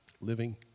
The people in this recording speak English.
Living